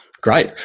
Great